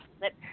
Let